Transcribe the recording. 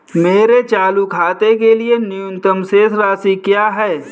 मेरे चालू खाते के लिए न्यूनतम शेष राशि क्या है?